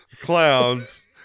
clowns